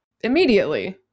immediately